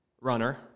runner